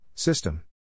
System